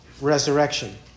resurrection